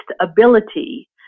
ability